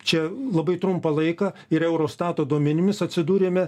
čia labai trumpą laiką ir eurostato duomenimis atsidūrėme